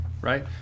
right